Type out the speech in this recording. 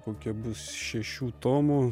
kokie bus šešių tomų